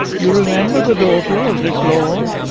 you remember the daughter of this lord?